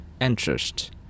interest